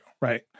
right